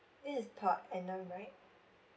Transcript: this is per annum right